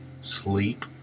sleep